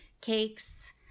cakes